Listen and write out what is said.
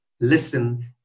listen